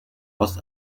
aus